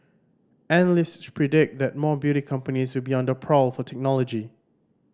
analysts predict that more beauty companies will be on the prowl for technology